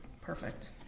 perfect